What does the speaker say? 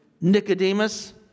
Nicodemus